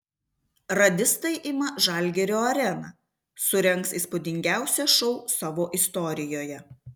radistai ima žalgirio areną surengs įspūdingiausią šou savo istorijoje